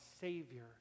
Savior